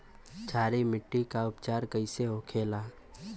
क्षारीय मिट्टी का उपचार कैसे होखे ला?